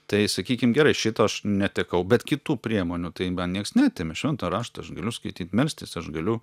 tai sakykim gerai šito aš netekau bet kitų priemonių tai man nieks neatėmė švento rašto aš galiu skaityt melstis aš galiu